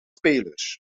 spelers